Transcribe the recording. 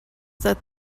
that